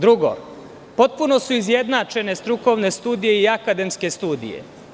Drugo, potpuno su izjednačene strukovne studije i akademske studije.